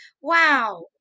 wow